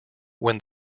when